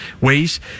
ways